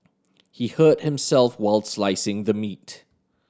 he hurt himself while slicing the meat